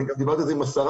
אני דיברתי על זה עם השרה,